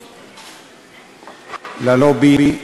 ללובי,